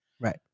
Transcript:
Right